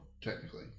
technically